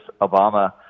obama